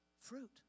fruit